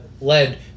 led